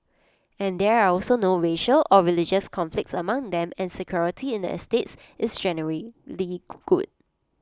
and there are also no racial and religious conflicts among them and security in the estates is generally good